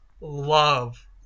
love